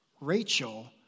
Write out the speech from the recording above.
Rachel